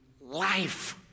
life